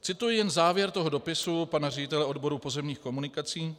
Cituji jen závěr toho dopisu pana ředitele odboru pozemních komunikací: